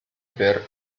per